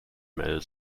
mel